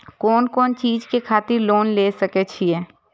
कोन कोन चीज के खातिर लोन ले सके छिए?